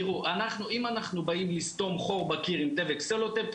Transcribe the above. אם אנחנו באים לסתום חור בקיר עם דבק סלוטייפ,